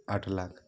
ଆଠ ଲକ୍ଷ